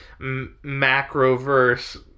macroverse